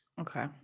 Okay